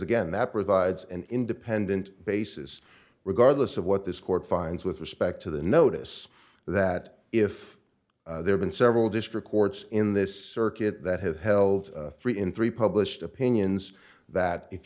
again that provides an independent basis regardless of what this court finds with respect to the notice that if there been several district courts in this circuit that have held three in three published opinions that if